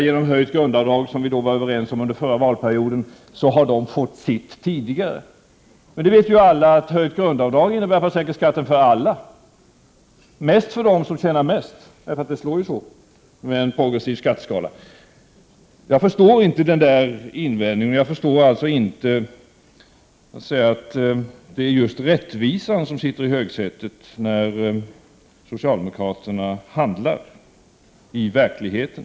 Genom höjt grundavdrag, något som vi var överens om under den förra valperioden, har de fått sitt tidigare, men vi vet ju att höjt grundavdrag innebär att man sänker skatten för alla, mest för dem som har de största inkomsterna, för det slår ju så med en progressiv skatteskala. Jag förstår inte den där invändningen, och jag förstår inte talet om att det är just rättvisan som sitter i högsätet när socialdemokraterna handlar i verkligheten.